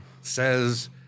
says